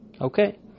Okay